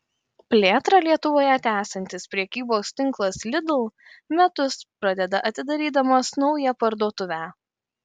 plėtrą lietuvoje tęsiantis prekybos tinklas lidl metus pradeda atidarydamas naują parduotuvę